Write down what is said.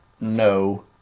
no